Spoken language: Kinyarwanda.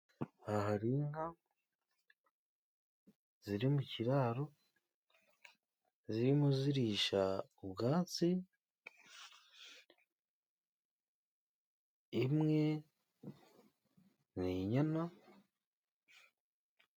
Aha hari inka, ziri mu kiraro ,zirimo zirisha ubwatsi, imwe ni inyana.